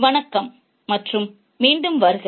வணக்கம் மற்றும் மீண்டும் வருக